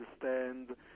understand